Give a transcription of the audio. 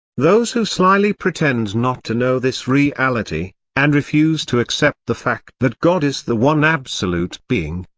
those who slyly pretend not to know this reality, and refuse to accept the fact that god is the one absolute being,